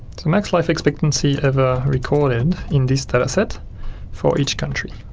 the max life expectancy ever recorded in this data set for each country.